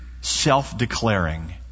self-declaring